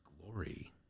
glory